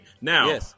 Now